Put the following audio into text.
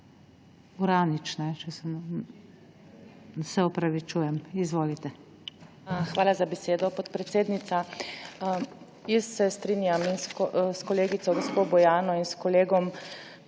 Hvala za besedo, podpredsednica. Jaz se strinjam s kolegico gospo Bojano in s kolegom